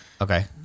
Okay